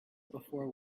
before